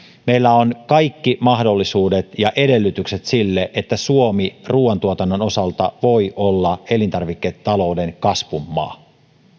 meillä on kaikki mahdollisuudet ja edellytykset sille että suomi ruuantuotannon osalta voi olla elintarviketalouden kasvun maa